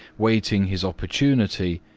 waiting his opportunity,